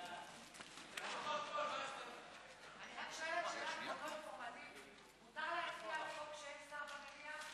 אני רק שואלת שאלה אינפורמטיבית: מותר להצביע על חוק כשאין שר במליאה?